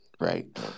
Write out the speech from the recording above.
Right